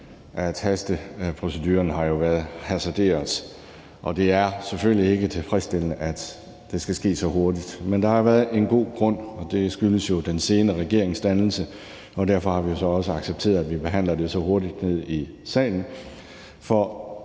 at hasteproceduren jo har været hasarderet, og at det selvfølgelig ikke er tilfredsstillende, at det skal ske så hurtigt. Men der har været en god grund til det, og det er den sene regeringsdannelse, og derfor har vi så også accepteret, at vi behandler det så hurtigt hernede i salen.